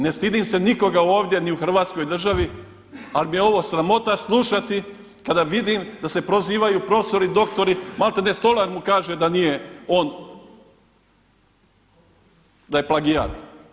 Ne stidim se nikoga ovdje ni u Hrvatskoj državi, ali mi je ovo sramota slušati kad vidim da se prozivaju profesori, doktori, maltene stolar mu kaže da nije on, da je plagijat.